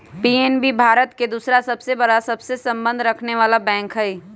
PNB Bharat के दूसरा सबसे बड़ा सबसे संबंध रखनेवाला बैंक हई